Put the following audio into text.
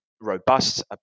robust